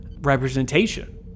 representation